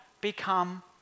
become